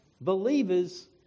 believers